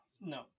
no